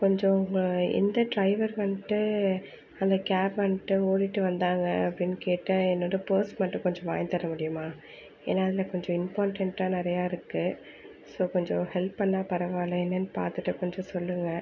கொஞ்சம் உங்கள் எந்த ட்ரைவர் வந்துட்டு அந்த கேப் வந்துட்டு ஓட்டிட்டு வந்தாங்க அப்டின்னு கேட்டு என்னோடய பேர்ஸ் மட்டும் கொஞ்சம் வாய்ந்தர முடியுமா ஏன்னா அதில் கொஞ்சம் இம்பார்டெண்ட்டாக நிறையா இருக்குது ஸோ கொஞ்சம் ஹெல்ப் பண்ணால் பரவாயில்லை என்னென்னு பார்த்துட்டு கொஞ்சம் சொல்லுங்கள்